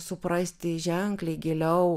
suprasti ženkliai giliau